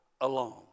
alone